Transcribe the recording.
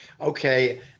okay